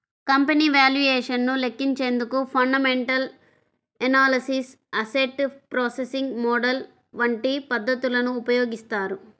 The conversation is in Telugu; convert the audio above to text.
కంపెనీ వాల్యుయేషన్ ను లెక్కించేందుకు fundamental analysis, asset pricing model వంటి పద్ధతులను ఉపయోగిస్తారు